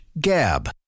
gab